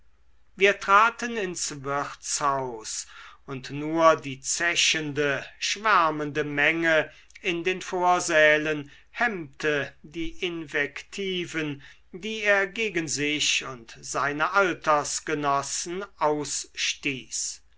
wir traten ins wirtshaus und nur die zechende schwärmende menge in den vorsälen hemmte die invektiven die er gegen sich und seine altersgenossen